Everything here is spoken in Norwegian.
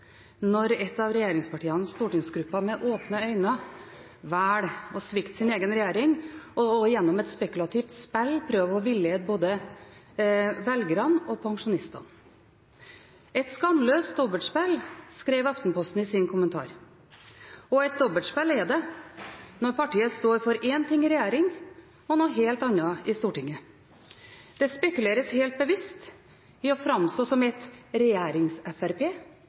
når et av regjeringspartienes stortingsgruppe med åpne øyne velger å svikte sin egen regjering og gjennom et spekulativt spill prøver å villede både velgerne og pensjonistene. «Et skamløst dobbeltspill», skrev Aftenposten i sin kommentar. Og et dobbeltspill er det når partiet står for én ting i regjering og noe helt annet i Stortinget. Det spekuleres helt bevisst i å framstå som et